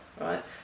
right